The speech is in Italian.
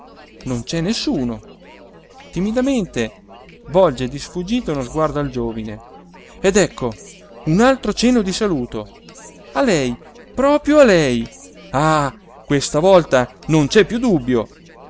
non c'è nessuno timidamente volge di sfuggita uno sguardo al giovine ed ecco un altro cenno di saluto a lei proprio a lei ah questa volta non c'è piú dubbio